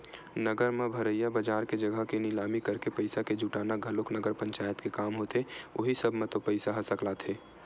नगर म भरइया बजार के जघा के निलामी करके पइसा के जुटाना घलोक नगर पंचायत के काम होथे उहीं सब म तो पइसा ह सकलाथे